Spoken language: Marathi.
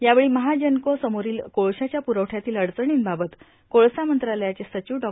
यावेळी महाजनको समोरोल कोळशाच्या प्रवठयातील अडचणींबाबत कोळसा मंत्रालयाचे र्साचव डॉ